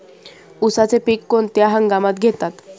उसाचे पीक कोणत्या हंगामात घेतात?